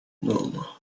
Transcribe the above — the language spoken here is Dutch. nul